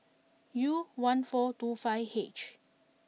U one four two five H